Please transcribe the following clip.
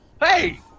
Hey